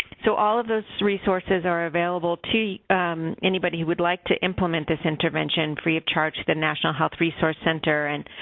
so, all of those resources are available to anybody who would like to implement this intervention, free of charge at the national health resource center and,